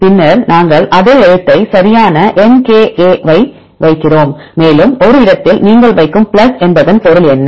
பின்னர் நாங்கள் அதே எழுத்தை சரியான MKA ஐ வைக்கிறோம் மேலும் ஒரு இடத்தில் நீங்கள் வைக்கும் பிளஸ் என்பதன் பொருள் என்ன